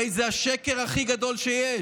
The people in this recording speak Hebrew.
הם הרי השקר הכי גדול שיש.